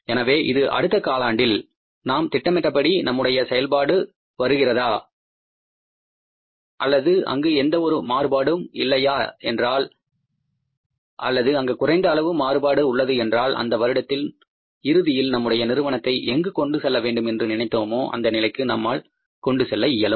எனவே அது அடுத்த காலாண்டில் நாம் திட்டமிட்டபடி நம்முடைய செயல்பாடு வருகின்றது என்றால் அல்லது அங்கு எந்த ஒரு மாறுபாடும் இல்லை என்றால் அல்லது அங்கு குறைந்த அளவு மாறுபாடு உள்ளது என்றால் அந்த வருடத்தின் இறுதியில் நம்முடைய நிறுவனத்தை எங்கு கொண்டு செல்லவேண்டும் என்று நினைத்தோமோ அந்த நிலைக்கு நம்மால் கொண்டு செல்ல இயலும்